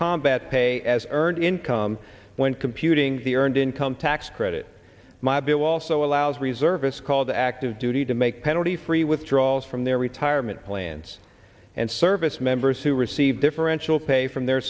combat pay as earned income when computing the earned income tax credit my bill also allows reservists called active duty to make penalty free withdrawals from their retirement plans and service members who receive differential pay from their